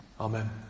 Amen